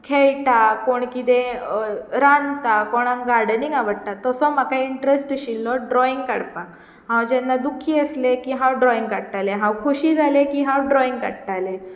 खेळटा कोण किदें रांदता कोणाक गार्डनिंग आवडटा तो म्हाका इंन्ट्रस्ट आशिल्लो ड्रोइंग काडपाक हांव जेन्ना दुखी आसलें की हांव ड्रोइंग काडटालें हांव खुशी जालें की हांव ड्रोइंग काडटालें